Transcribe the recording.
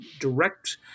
direct